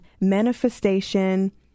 manifestation